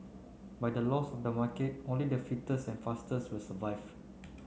by the laws of the market only the fittest and fastest will survive